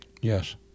Yes